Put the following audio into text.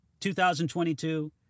2022